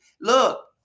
Look